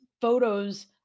photos